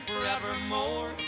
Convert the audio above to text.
forevermore